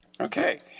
Okay